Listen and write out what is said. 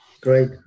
Great